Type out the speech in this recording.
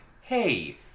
hey